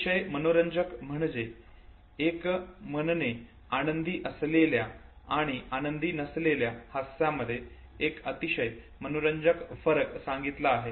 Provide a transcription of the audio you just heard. अतिशय मनोरंजक म्हणजे एकमनने आनंदी असलेल्या आणि आनंदी नसलेल्या हास्यामध्ये एक अतिशय मनोरंजक फरक सांगितलेला आहे